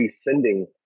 sending